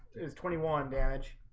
is twenty one damage?